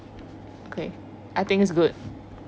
okay I think it's good